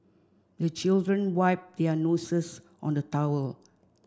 the children wipe their noses on the towel